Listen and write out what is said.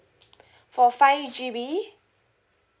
for five G_B